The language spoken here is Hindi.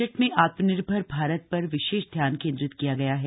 बजट में आत्मनिर्भर भारत पर विशेष ध्यान केंद्रित किया गया है